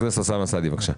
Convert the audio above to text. חבר הכנסת אוסאמה סעדי, בבקשה.